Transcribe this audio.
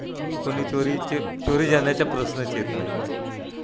कोणी चोरीचे चोरी जाण्याचा प्रश्नच येत नाही